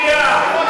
מסית ומדיח.